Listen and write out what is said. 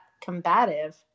combative